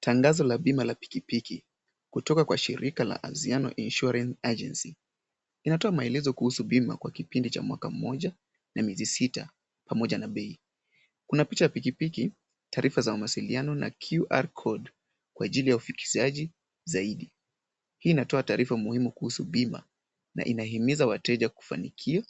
Tangazo ya bima la pikipiki kutoka kwa shirika la Aziano Insurance Argency. Linatoa maelezo kuhusu bima kwa kipindi cha mwaka moja na mwezi sita pamoja na bei. Kuna picha ya pikipiki , taarifa za mawasiliano na QR code kwa ajili ya ufikishaji zaidi. Hii inatoa taarifa muhimu kuhusu bima na inahimiza wateja kufanikia